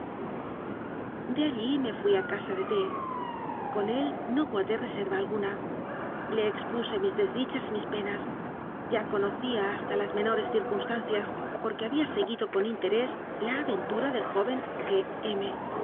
de allí me fui a casa de t con él no guardé reserva alguna le expuse mis desdichas y mis penas ya conocía hasta las menores circunstan cias porque había seguido con interés la aventura del joven